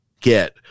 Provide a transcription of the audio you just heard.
get